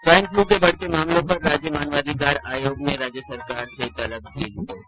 swine flu के बढ़ते मामलों पर राज्य मानवाधिकार आयोग ने राज्य सरकार से तलब की रिपोर्ट